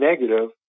negative